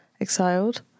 exiled